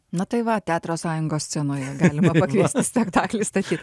na tai va teatro sąjungos scenoje galima pakviesti spektaklį statyt